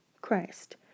Christ